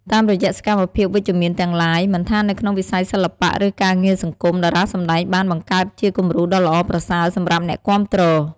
តាមរយៈសកម្មភាពវិជ្ជមានទាំងឡាយ មិនថានៅក្នុងវិស័យសិល្បៈ ឬការងារសង្គម តារាសម្ដែងបាន បង្កើតជាគំរូដ៏ល្អប្រសើរ សម្រាប់អ្នកគាំទ្រ។